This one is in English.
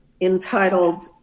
entitled